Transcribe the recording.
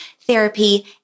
therapy